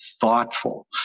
thoughtful